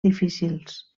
difícils